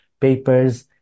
papers